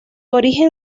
origen